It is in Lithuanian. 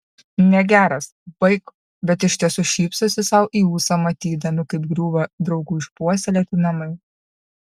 negeras baik bet iš tiesų šypsosi sau į ūsą matydami kaip griūva draugų išpuoselėti namai